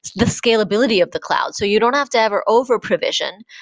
the scalability of the cloud. so you don't have to ever over provision,